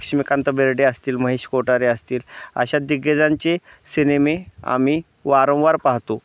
लक्ष्मीकांत बेर्डे असतील महेश कोठारे असतील अशा दिग्गजांचे सिनेमे आम्ही वारंवार पाहतो